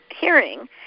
hearing